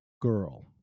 girl